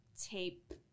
tape